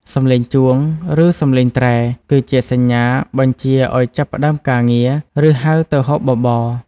សម្លេងជួង ឬសម្លេងត្រែ គឺជាសញ្ញាបញ្ជាឱ្យចាប់ផ្តើមការងារ ឬហៅទៅហូបបបរ។